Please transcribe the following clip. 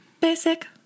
Basic